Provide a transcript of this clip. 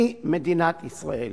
היא מדינת ישראל".